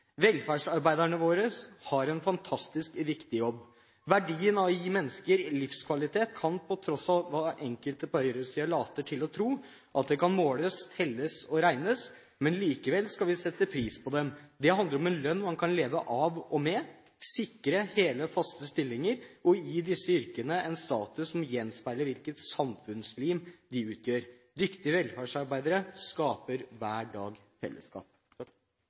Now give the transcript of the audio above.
Velferdsarbeiderne våre har en fantastisk viktig jobb. Verdien av å gi mennesker livskvalitet er, på tross av hva enkelte på høyresiden later til å tro, at det kan måles, telles og regnes. Men likevel skal vi sette pris på dem. Det handler om en lønn man kan leve av og med, sikre hele faste stillinger og gi disse yrkene en status som gjenspeiler hvilket samfunnslim de utgjør. Dyktige velferdsarbeidere skaper hver dag fellesskap.